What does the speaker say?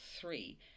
three